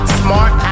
smart